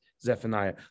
Zephaniah